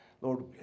Lord